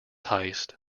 heist